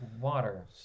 water